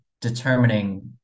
determining